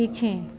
पीछे